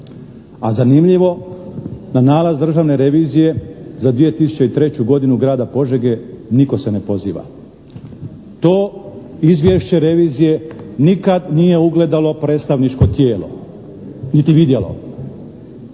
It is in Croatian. a zanimljivo da na nalaz Državne revizije za 2003. godinu grada Požege nitko se ne poziva. To izvješće revizije nikad nije ugledalo predstavničko tijelo niti vidjelo.